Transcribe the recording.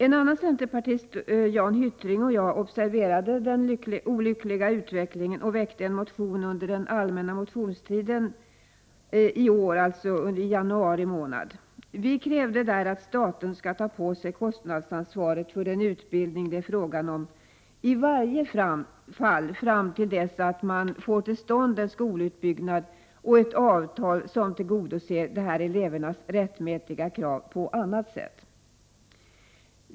En annan centerpartist, Jan Hyttring, och jag observerade den olyckliga utvecklingen och väckte en motion under den allmänna motionstiden, alltså i januari i år. Vi krävde att staten skall ta kostnadsansvaret för den utbildning det är fråga om i varje fall fram till dess att man får till stånd en skolutbyggnad och ett avtal som på annat sätt tillgodoser de här elevernas rättmätiga krav.